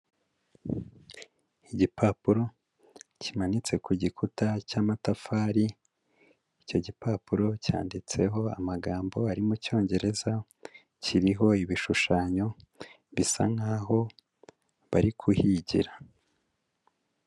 Igipapuro kimanitse ku gikuta cyamatafari, icyo gipapuro cyanditseho amagambo ari mu cyongereza, kiriho ibishushanyo bisa nk'aho bari kuhigira.